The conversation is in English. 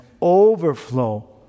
overflow